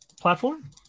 Platform